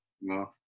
no